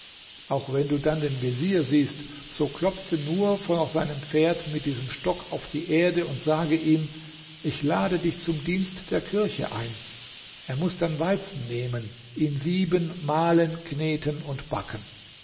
auch wenn du dann den vezier siehst so klopfe nur vor seinem pferd mit diesem stock auf die erde und sage ihm ich lade dich zum dienst der kirche ein er muß dann weizen nehmen ihn sieben mahlen kneten und backen